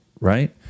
right